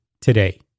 today